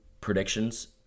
predictions